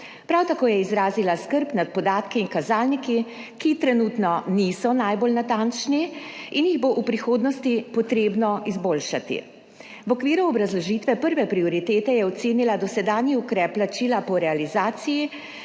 Prav tako je izrazila skrb nad podatki in kazalniki, ki trenutno niso najbolj natančni in jih bo v prihodnosti potrebno izboljšati. V okviru obrazložitve prve prioritete je ocenila **3. TRAK: (SC) – 13.10**